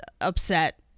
upset